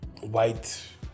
White